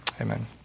amen